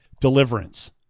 Deliverance